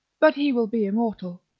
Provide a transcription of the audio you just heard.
but he will be immortal.